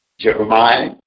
Jeremiah